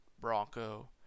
Bronco